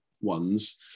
ones